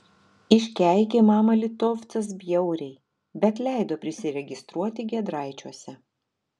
iškeikė mamą litovcas bjauriai bet leido prisiregistruoti giedraičiuose